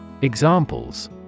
Examples